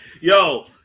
Yo